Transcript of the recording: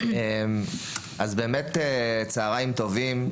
צוהריים טובים.